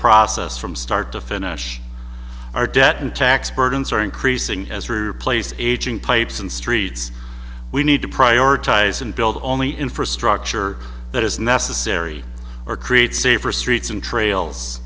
process from start to finish our debt and tax burdens are increasing as replace aging pipes and streets we need to prioritize and build the only infrastructure that is necessary or create safer streets and trails